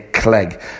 Clegg